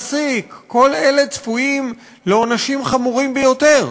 גם למעסיק, כל אלה צפויים לעונשים חמורים ביותר.